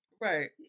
Right